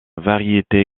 variété